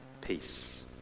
peace